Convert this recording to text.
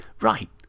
right